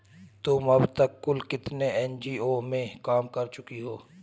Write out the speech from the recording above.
तुम अब तक कुल कितने एन.जी.ओ में काम कर चुकी हो?